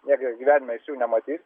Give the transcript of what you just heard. niekad gyvenime nematys